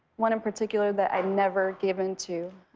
one in particular that i never gave into,